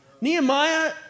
Nehemiah